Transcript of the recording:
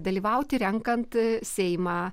dalyvauti renkant seimą